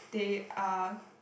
they are